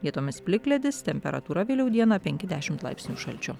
vietomis plikledis temperatūra vėliau dieną penki dešimt laipsnių šalčio